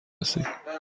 رسید